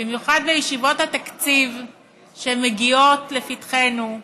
במיוחד בישיבות התקציב שמגיעות לפתחנו,